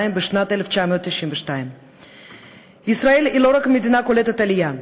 בשנת 1992. ישראל היא לא רק מדינה קולטת עלייה,